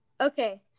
okay